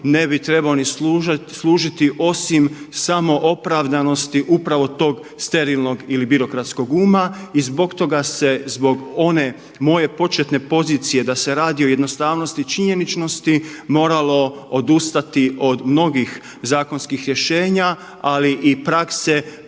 ne bi trebao ni služiti osim samo opravdanosti upravo tog sterilnog ili birokratskog uma. I zbog toga se zbog one moje početne pozicije da se radi o jednostavnosti činjeničnosti moralo odustati od mnogih zakonskih rješenja, ali i prakse